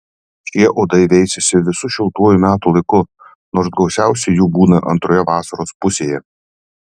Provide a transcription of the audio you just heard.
šie uodai veisiasi visu šiltuoju metų laiku nors gausiausiai jų būna antroje vasaros pusėje